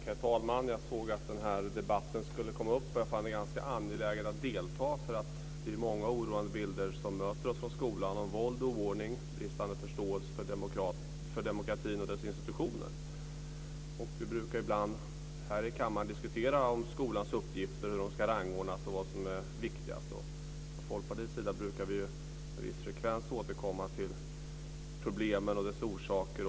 Herr talman! Jag såg att den här debatten skulle komma upp, och jag fann det ganska angeläget att delta. Det är många oroande bilder som möter oss från skolan om våld, oordning, bristande förståelse för demokratin och dess institutioner. Vi brukar ibland i kammaren diskutera hur skolans uppgifter ska rangordnas och vad som är viktigast. Från Folkpartiets sida brukar vi med viss frekvens återkomma till problemen och dess orsaker.